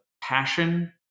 passion